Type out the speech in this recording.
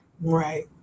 Right